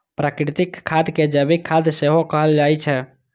प्राकृतिक खाद कें जैविक खाद सेहो कहल जाइ छै